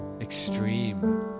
extreme